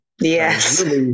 Yes